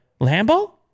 Lambo